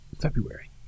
February